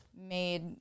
made